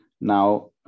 now